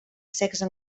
sexe